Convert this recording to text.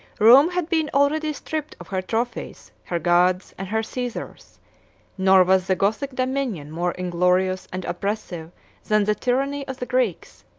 rome had been already stripped of her trophies, her gods, and her caesars nor was the gothic dominion more inglorious and oppressive than the tyranny of the greeks.